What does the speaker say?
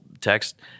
text